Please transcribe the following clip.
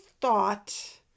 thought